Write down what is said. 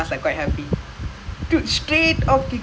are they want me to what the hell